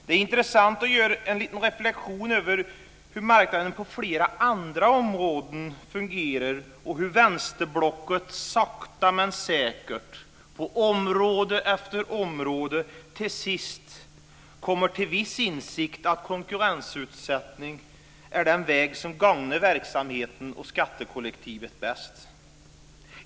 Det är intressant att göra en liten reflexion om hur marknaden på flera andra områden fungerar och hur vänsterblocket sakta men säkert på område efter område till sist kommer till viss insikt om att konkurrensutsättning är den väg som gagnar verksamheten och skattekollektivet bäst.